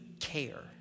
care